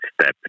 step